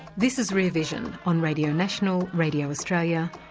this is rear vision on radio national, radio australia,